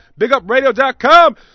BigUpRadio.com